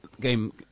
game